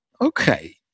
Okay